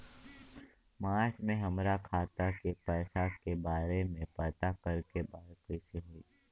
मार्च में हमरा खाता के पैसा के बारे में पता करे के बा कइसे होई?